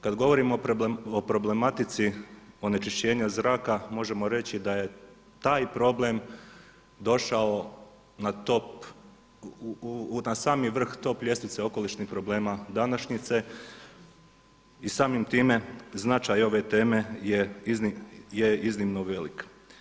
Kad govorimo o problematici onečišćenja zraka možemo reći da je taj problem došao na top, na sami vrh top ljestvice okolišnih problema današnjice i samim time značaj ove teme je iznimno velik.